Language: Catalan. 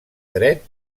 dret